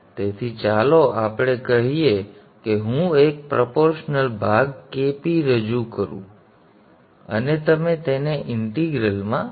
તેથી ચાલો આપણે કહીએ કે હું એક પ્રોપોર્શનલ ભાગ Kp રજૂ કરું છું અને તમે તેને ઇંટીગ્રલ ભાગમાં ઉમેરો છો